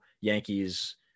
Yankees